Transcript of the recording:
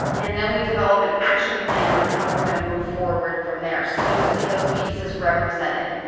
and then we develop an action plan on how we're going to move forward from there. so you'll see those pieces represented.